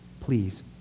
Please